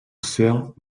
sein